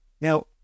Now